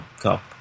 Cup